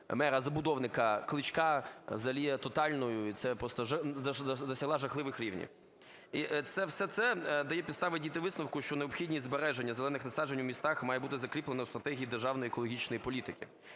мера-забудовника Кличка взагалі є тотальною і це просто… досягла жахливих рівнів. І все це дає підстави дійти висновку, що необхідність збереження зелених насаджень у містах має бути закріплено у стратегії державної екологічної політики.